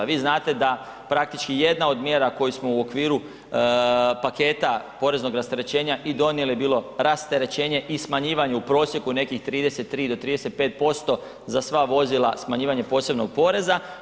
Vi znate da praktički jedna od mjera koje smo u okviru paketa poreznog rasterećenja i donijeli bilo rasterećenje i smanjivanje u prosjeku nekih 33 do 35% za sva vozila smanjivanje posebnog poreza.